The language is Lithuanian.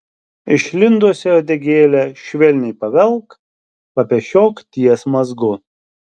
išlindusią uodegėlę švelniai pavelk papešiok ties mazgu